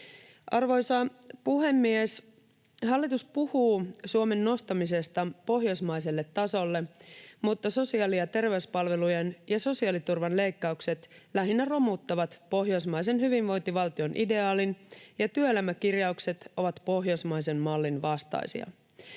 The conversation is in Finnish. Arvoisa puhemies! Hallitus puhuu Suomen nostamisesta pohjoismaiselle tasolle, mutta sosiaali- ja terveyspalvelujen ja sosiaaliturvan leikkaukset lähinnä romuttavat pohjoismaisen hyvinvointivaltion ideaalin, ja työelämäkirjaukset ovat pohjoismaisen mallin vastaisia.